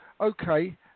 okay